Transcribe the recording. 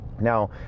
Now